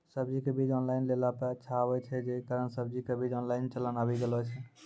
सब्जी के बीज ऑनलाइन लेला पे अच्छा आवे छै, जे कारण सब्जी के बीज ऑनलाइन चलन आवी गेलौ छै?